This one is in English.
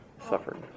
suffered